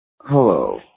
Hello